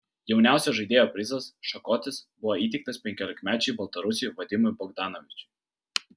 jauniausio žaidėjo prizas šakotis buvo įteiktas penkiolikmečiui baltarusiui vadimui bogdanovičiui